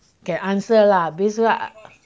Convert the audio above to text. get answer lah means what